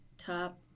top